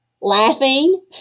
laughing